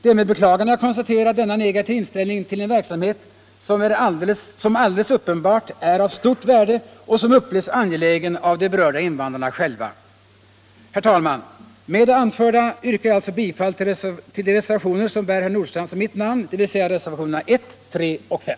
Det är med beklagande jag konstaterar denna negativa inställning till en verksamhet som alltid uppenbart är av stort värde och som upplevs som angelägen av de berörda invandrarna själva. Herr talman! Med det anförda yrkar jag alltså bifall till de reservationer där herr Nordstrandhs och mitt namn förekommer, dvs. reservationerna 1; 3.005